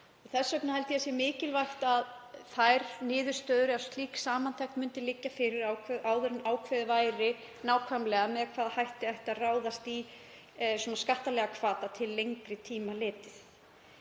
Þess vegna held ég að það sé mikilvægt að slík samantekt myndi liggja fyrir áður en ákveðið væri nákvæmlega með hvaða hætti ætti að ráðast í skattalega hvata til lengri tíma litið.